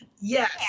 Yes